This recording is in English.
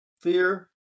fear